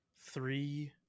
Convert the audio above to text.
Three